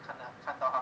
看到看到